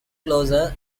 closer